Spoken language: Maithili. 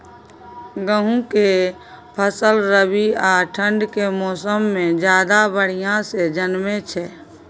गेहूं के फसल रबी आ ठंड के मौसम में ज्यादा बढ़िया से जन्में छै?